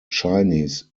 chinese